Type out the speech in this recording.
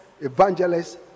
evangelists